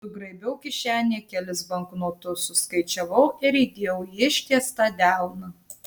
sugraibiau kišenėje kelis banknotus suskaičiavau ir įdėjau į ištiestą delną